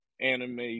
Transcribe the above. anime